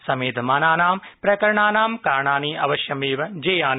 समेधमानानां प्रकरणानां कारणानि अवश्यमेव जेयानि